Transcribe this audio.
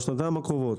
בשנתיים הקרובות,